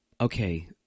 Okay